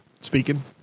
speaking